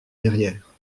derrière